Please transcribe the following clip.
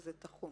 שזה תחום.